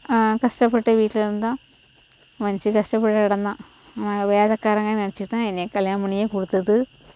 கஷ்டப்பட்டு வீட்டில் இருந்தோம் மனது கஷ்டப்பட்டு கிடந்தோம் வேலைகாரங்கனு நினைச்சிட்டு தான் என்னை கல்யாணம் பண்ணியே கொடுத்தது